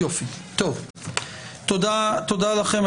תודה לכם.